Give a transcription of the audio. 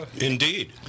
Indeed